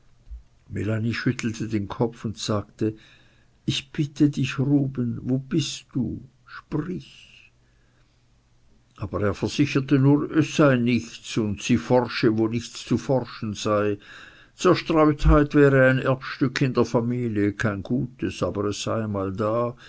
schüttelte den kopf und sagte ich bitte dich ruben wo bist du sprich aber er versicherte nur es sei nichts und sie forsche wo nichts zu forschen sei zerstreutheit wäre ein erbstück in der familie kein gutes aber es sei einmal da